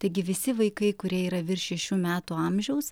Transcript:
taigi visi vaikai kurie yra virš šešių metų amžiaus